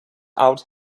out